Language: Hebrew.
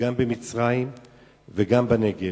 גם במצרים וגם בנגב,